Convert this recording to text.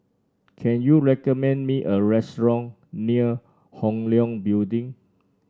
can you recommend me a restaurant near Hong Leong Building